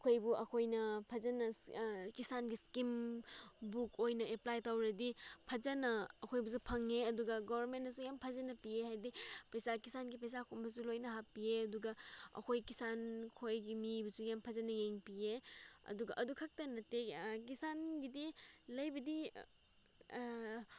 ꯑꯩꯈꯣꯏꯕꯨ ꯑꯩꯈꯣꯏꯅ ꯐꯖꯅ ꯀꯤꯁꯥꯟꯒꯤ ꯁ꯭ꯀꯤꯝ ꯕꯨꯛ ꯑꯣꯏꯅ ꯑꯦꯄ꯭ꯂꯥꯏ ꯇꯧꯔꯗꯤ ꯐꯖꯅ ꯑꯩꯈꯣꯏꯕꯨꯁꯨ ꯐꯪꯉꯦ ꯑꯗꯨꯒ ꯒꯣꯔꯃꯦꯟꯅꯁꯨ ꯌꯥꯝ ꯐꯖꯅ ꯄꯤꯌꯦ ꯍꯥꯏꯗꯤ ꯄꯩꯁꯥ ꯀꯤꯁꯥꯟꯒꯤ ꯄꯩꯁꯥꯒꯨꯝꯕꯁꯨ ꯂꯣꯏꯅ ꯍꯥꯞꯄꯤꯌꯦ ꯑꯗꯨꯒ ꯑꯩꯈꯣꯏ ꯀꯤꯁꯥꯟꯈꯣꯏꯒꯤ ꯃꯤꯕꯨꯁꯨ ꯌꯥꯝ ꯐꯖꯅ ꯌꯦꯡꯕꯤꯌꯦ ꯑꯗꯨꯒ ꯑꯗꯨ ꯈꯛꯇ ꯅꯠꯇꯦ ꯀꯤꯁꯥꯟꯒꯤꯗꯤ ꯂꯩꯕꯗꯤ